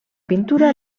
pintura